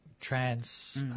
trans